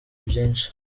byinshi